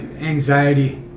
anxiety